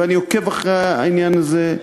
ואני עוקב אחרי העניין הזה,